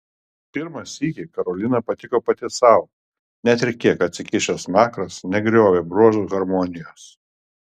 pirmą sykį karolina patiko pati sau net ir kiek atsikišęs smakras negriovė bruožų harmonijos